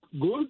good